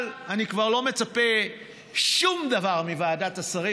אבל אני כבר לא מצפה לשום דבר מוועדת השרים